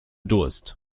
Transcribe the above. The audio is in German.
durst